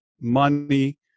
money